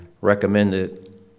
recommended